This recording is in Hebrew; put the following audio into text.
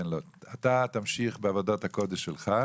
אתה תמשיך בעבודת הקודש שלך,